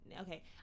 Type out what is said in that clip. okay